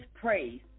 praise